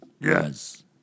Yes